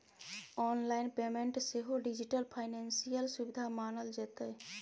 online payment सेहो digital financial सुविधा मानल जेतै